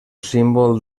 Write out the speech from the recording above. símbol